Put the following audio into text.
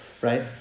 right